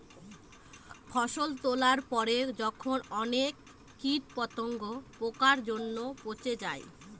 ফসল তোলার পরে যখন অনেক কীট পতঙ্গ, পোকার জন্য পচে যায়